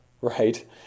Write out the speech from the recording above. right